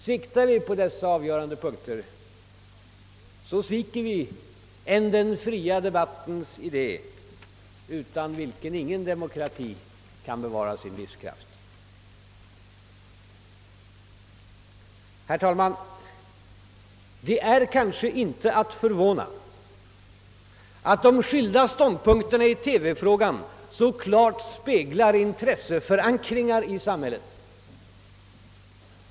Sviktar vi på dessa avgörande punkter sviker vi en den fria debattens idé, utan vilken ingen demokrati kan bevara sin livskraft. Herr talman! Det är kanske inte ägnat att förvåna att de skilda ståndpunkterna i TV-frågan så klart speglar intresseförankringar i samhället.